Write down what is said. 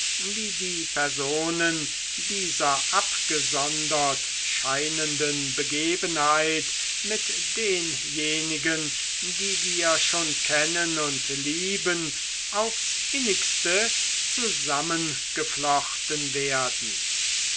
wie die personen dieser abgesondert scheinenden begebenheit mit denjenigen die wir schon kennen und lieben aufs innigste zusammengeflochten worden